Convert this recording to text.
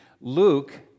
Luke